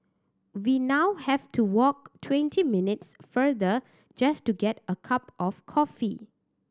we now have to walk twenty minutes further just to get a cup of coffee